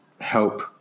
help